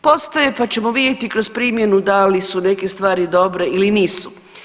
Postoje pa ćemo vidjeti kroz primjenu da li su neke stvari dobre ili nisu.